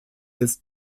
ist